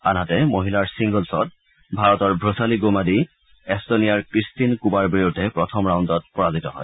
আনহাতে মহিলাৰ চিংগলছত ভাৰতৰ ক্ৰছালী গুমাদী এস্টোনিয়াৰ ক্ৰিষ্টিন কুবাৰ বিৰুদ্ধে প্ৰথম ৰাউণ্ডত পৰাজিত হয়